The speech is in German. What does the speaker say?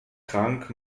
krank